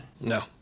no